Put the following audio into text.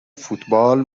فوتبال